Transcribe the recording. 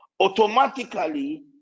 automatically